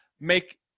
make